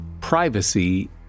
privacy